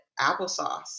applesauce